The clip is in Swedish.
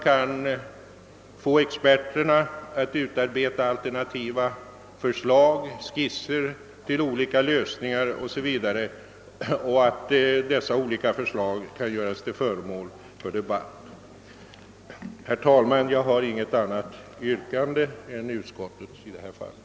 Jag har inget annat yrkande än om bifall till utskottets hemställan. en bred spridning av aktierna bland allmänheten och som kunde vara ägnade att främja det långsiktiga sparandet.